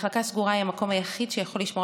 מחלקה סגורה היא המקום היחיד שיכול לשמור